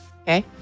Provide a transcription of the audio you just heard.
okay